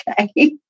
Okay